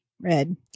Red